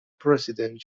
president